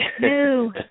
no